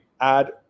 add